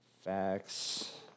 Facts